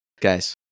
guys